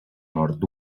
nord